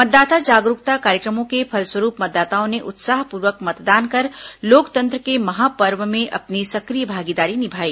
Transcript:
मतदाता जागरूकता कार्यक्रमों के फलस्वरूप मतदाताओं ने उत्साहपूर्वक मतदान कर लोकतंत्र के महापर्व में अपनी सक्रिय भागीदारी निभाई